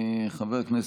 חבר הכנסת,